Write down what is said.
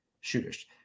shooters